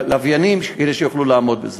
לווייניים, כדי שיוכלו לעמוד בזה.